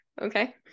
okay